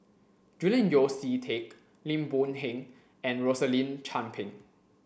Julian Yeo See Teck Lim Boon Heng and Rosaline Chan Pang